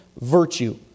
virtue